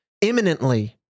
imminently